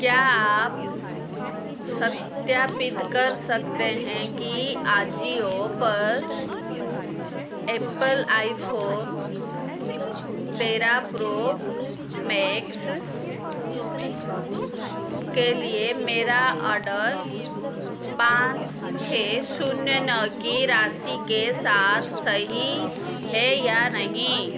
क्या आप सत्यापित कर सकते हैं की आजिओ पर एप्पल आइफोन तेरह प्रो मैक्स के लिए मेरा ऑर्डर पाँच छः शून्य नौ की राशि के साथ सही है या नहीं